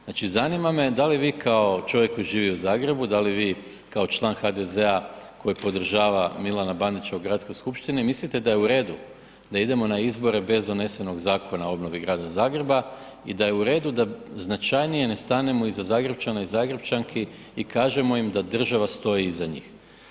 Znači zanima me da li vi kao čovjek koji živi u Zagrebu, da li vi kao član HDZ-a koji podržava M. Bandića u Gradskoj skupštini, mislite da je u redu da idemo na izbore bez donesenog Zakona o obnovi grada Zagreba i da je u redu da značajnije ne stanemo iza Zagrepčana i Zagrepčanki i kažemo im da država stoji iza njih?